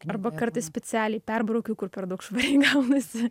arba kartais specialiai perbraukiu kur per daug švariai gaunasi